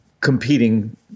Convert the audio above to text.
competing